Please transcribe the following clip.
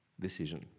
decision